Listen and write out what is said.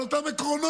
על אותם עקרונות,